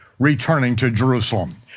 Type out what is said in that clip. returning to jerusalem.